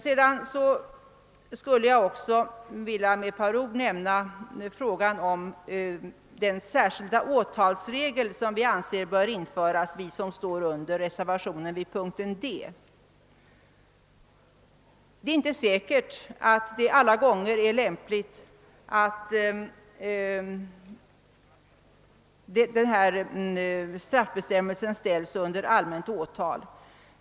Sedan skulle jag också vilja med ett par ord nämna den särskilda åtalsregel som vi anser bör införas, vi som Det är inte säkert att det alla gånger är lämpligt att den handling som straffbestämmelsen avser ställs under allmänt åtal.